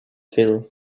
hill